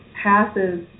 passes